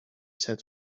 said